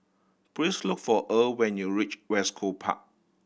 please look for Earl when you reach West Coast Park